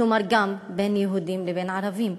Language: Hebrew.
כלומר גם בין יהודים לבין ערבים,